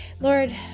Lord